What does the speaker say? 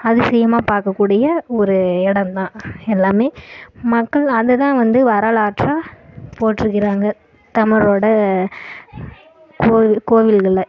அதிசயமாக பார்க்க கூடிய ஒரு இடம் தான் எல்லாமே மக்கள் அதைதான் வந்து வரலாற்றாக போற்றுகிறாங்க தமிழோட கோவில் கோவில்களை